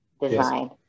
design